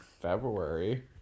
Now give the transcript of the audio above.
february